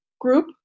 group